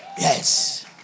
Yes